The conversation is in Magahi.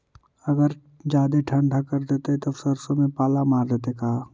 अगर जादे ठंडा कर देतै तब सरसों में पाला मार देतै का?